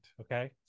Okay